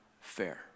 fair